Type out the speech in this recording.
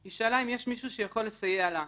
היא שאלה אם יש מישהו שיכול לסייע לה.